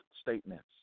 statements